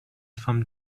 from